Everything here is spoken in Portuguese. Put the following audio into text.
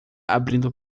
abrindo